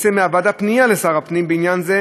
תצא מהוועדה פנייה לשר הפנים בעניין זה,